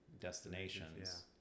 destinations